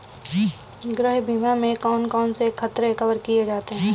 गृह बीमा में कौन कौन से खतरे कवर किए जाते हैं?